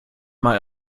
mal